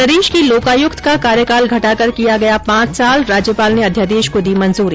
प्रदेश के लोकायुक्त का कार्यकाल घटाकर किया गया पांच साल राज्यपाल ने अध्यादेश को दी मंजूरी